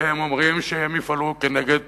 והם אומרים שהם יפעלו כנגד